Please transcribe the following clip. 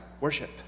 worship